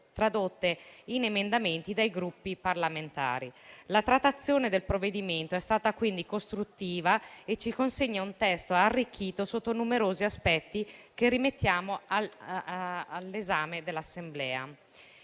tradotte in emendamenti dai Gruppi parlamentari. La trattazione del provvedimento è stata quindi costruttiva e ci consegna un testo arricchito sotto numerosi aspetti, che rimettiamo all'esame dell'Assemblea.